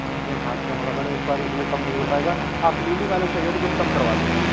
इसमें कहाँ से कम होगा मैडम सॉरी इसमें कम नहीं हो पाएगा आप लिली वाले में चाहिए तो कुछ काम करवा लीजिए